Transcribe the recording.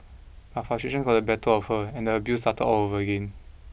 but frustrations got the better of her and the abuse started all over again